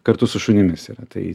kartu su šunimis yra tai